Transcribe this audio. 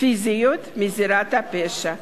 פיזיות מזירת הפשע.